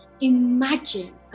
Imagine